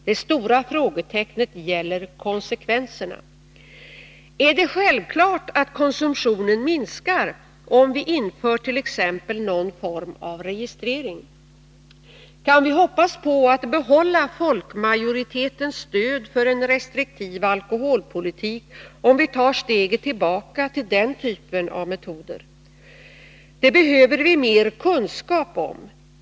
Det stora frågetecknet gäller konsekvenserna. Är det självklart att konsumtionen minskar, om vi inför t.ex. någon form av registrering? Kan vi hoppas på att behålla folkmajoritetens stöd för en restriktiv alkoholpolitik, om vi tar steget tillbaka till den typen av metoder? Det behöver vi mer kunskap om.